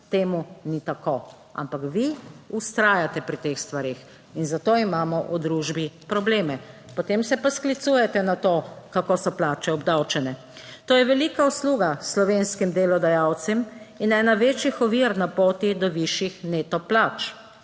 temu ni tako, ampak vi vztrajate pri teh stvareh in zato imamo v družbi probleme. Potem se pa sklicujete na to kko so plače obdavčene. To je velika usluga slovenskim delodajalcem in ena večjih ovir na poti do višjih neto plač.